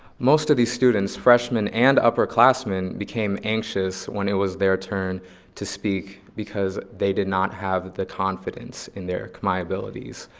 most of these students, freshmen and upperclassmen, became anxious when it was their turn to speak because they did not have the confidence in their khmer abilities.